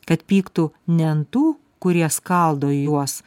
kad pyktų ne ant tų kurie skaldo juos